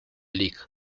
league